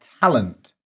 talent